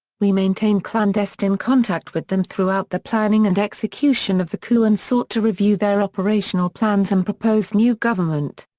we maintained clandestine contact with them throughout the planning and execution of the coup and sought to review their operational plans and proposed new government.